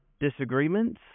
disagreements